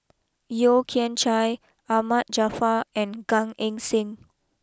Yeo Kian Chai Ahmad Jaafar and Gan Eng Seng